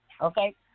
Okay